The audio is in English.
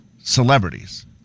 celebrities